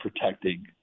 protecting